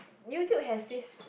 YouTube has this